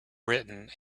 written